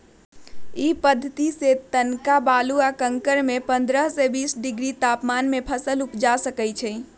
इ पद्धतिसे तनका बालू आ कंकरमें पंडह से बीस डिग्री तापमान में फसल उपजा सकइछि